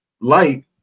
light